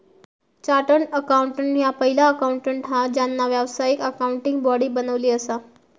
chartered accountant ह्या पहिला accountant हा ज्यांना व्यावसायिक अकाउंटिंग बॉडी बनवली असा